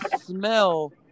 smell